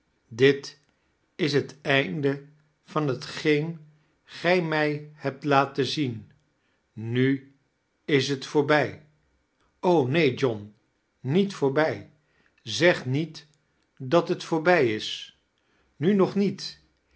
dit is bet einde van hetgeen gij mij hebt la ten zien nu is t voorbij neen john niet voorbij i zeg niet dat t voorbij is nu nog niet